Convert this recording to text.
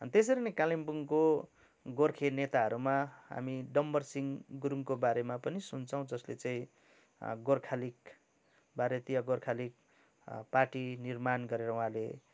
त्यसरी नै कालिम्पोङको गोर्खे नेताहरूमा हामी डम्बरसिङ गुरुङको बारेमा पनि सुन्छौँ जसले चाहिँ गोर्खा लिग भारतीय गोर्खा लिग पार्टी निर्माण गरेर उहाँले